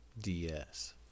DS